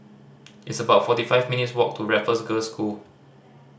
it's about forty five minutes' walk to Raffles Girls' School